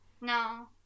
No